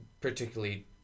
particularly